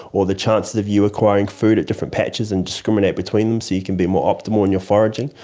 or the chances of you acquiring food at different patches and discriminate between them so you can be more optimal in your foraging.